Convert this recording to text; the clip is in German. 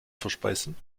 verspeisen